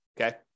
Okay